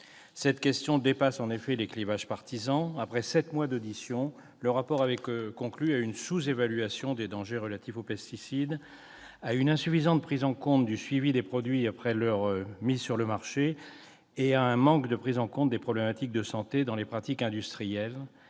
La question dépasse en effet les clivages partisans. Après sept mois d'auditions, la mission avait conclu à une sous-évaluation des dangers relatifs aux pesticides, à une insuffisante prise en compte du suivi des produits après leur mise sur le marché et à un manque de prise en compte des problématiques de santé dans les pratiques industrielles,